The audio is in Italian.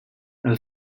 nel